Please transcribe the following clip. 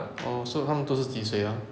oh so 他们都是几岁 ah